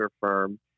firm